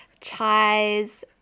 chais